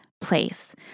place